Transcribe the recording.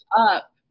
up